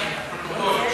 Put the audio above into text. לפרוטוקול.